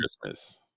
Christmas